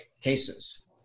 cases